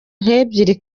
nk’ebyiri